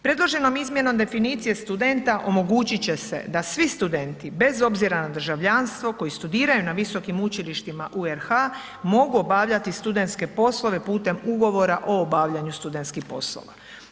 Predloženom izmjenom definicije studenta omogućit će se da svi studenti bez obzira na državljanstvo koji studiraju na visokim učilištima u RH mogu obavljati studentske poslove putem Ugovora o obavljanju studentskih poslova.